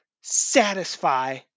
satisfy